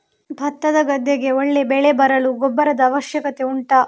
ಭತ್ತದ ಗದ್ದೆಗೆ ಒಳ್ಳೆ ಬೆಳೆ ಬರಲು ಗೊಬ್ಬರದ ಅವಶ್ಯಕತೆ ಉಂಟಾ